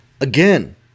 Again